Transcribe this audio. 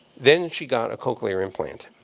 then she got a cochlear implant.